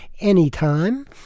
anytime